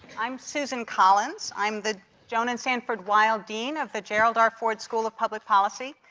i'm susan collins i'm the joan and sanford weill dean of the gerald r. ford school of public policy.